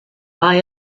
war